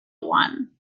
one